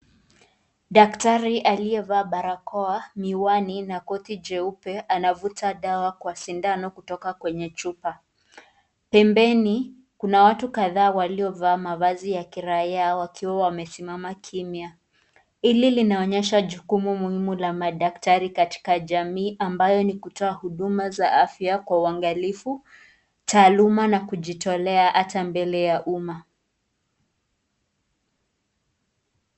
Daktari aliyevaa barakoa, miwani na koti jeupe, anavuta dawa kwa sindano kutoka kwenye chupa, pembeni kuna watu kadhaa waliovaa mavazi ya kiraia wakiwa wamesimama kimya, hili linaonyesha jukumu muhimu la madaktari katika jamii, ambayo ni kutoa huduma za afya kwa uangalifu, taaluma na kujitolea hata mbele ya umaa.